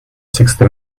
sixty